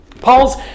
Paul's